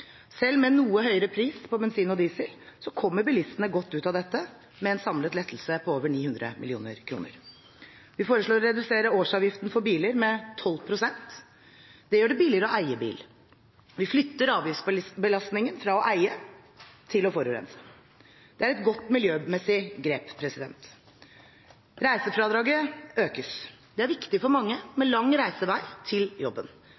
Selv med noe høyere pris på bensin og diesel kommer bilistene godt ut av dette, med en samlet lettelse på over 900 mill. kr. Vi foreslår å redusere årsavgiften for biler med 12 pst. reelt. Det gjør det billigere å eie bil. Vi flytter avgiftsbelastningen fra å eie til å forurense. Det er et godt miljømessig grep. Reisefradraget økes. Det er viktig for mange med lang reisevei til jobben.